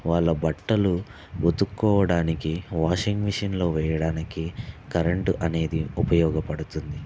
వాళ్ళ బట్టలు ఉతుక్కోవడానికి వాషింగ్ మెషీన్లో వేయడానికి కరెంట్ అనేది ఉపయోగపడుతుంది